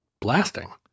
blasting